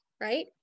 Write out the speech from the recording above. right